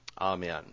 Amen